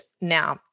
Now